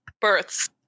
births